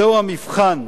זהו המבחן.